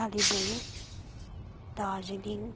Kalimpong Darjeeling